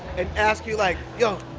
and ask you like, yo,